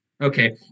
Okay